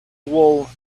will